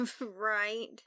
right